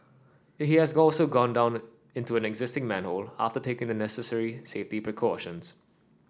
he has also gone down into an existing after taking the necessary safety precautions